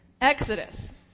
Exodus